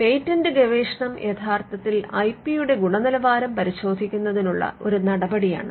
patent ഗവേഷണം യഥാർത്ഥത്തിൽ I P യുടെ ഗുണനിലവാരം പരിശോധിക്കുന്നതിനുള്ള ഒരു നടപടിയാണ്